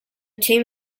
team